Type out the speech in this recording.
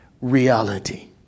reality